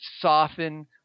Soften